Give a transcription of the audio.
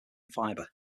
fiber